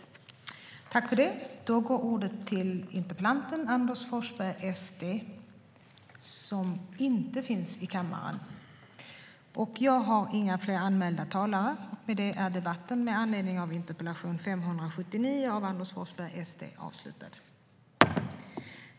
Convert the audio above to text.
Tredje vice talmannen konstaterade att interpellanten inte var närvarande i kammaren och förklarade överläggningen avslutad.